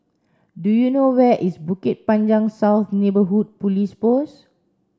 do you know where is Bukit Panjang South Neighbourhood Police Post